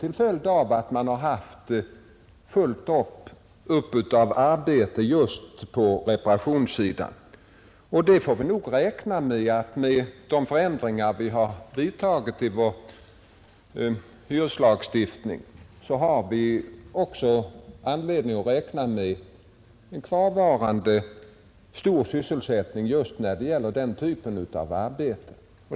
Man har helt enkelt haft fullt upp av arbetepå reparationssidan. På grund av de förändringar som vidtagits i hyreslagsstiftningen har vi också anledning att räkna med en kvarvarande stor sysselsättning just när det gäller den typen av arbete.